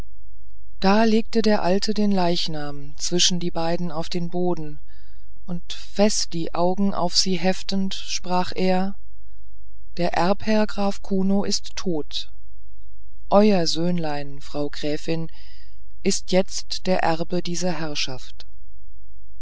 da legte der alte den leichnam zwischen die beiden auf den boden und fest die augen auf sie heftend sprach er der erbherr graf kuno ist tot euer söhnlein frau gräfin ist jetzt der erbe dieser herrschaft